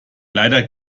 leider